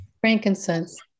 frankincense